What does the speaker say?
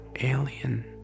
alien